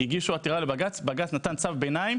הם הגישו עתירה לבג״ץ והם תנו צו ביניים,